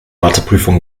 matheprüfung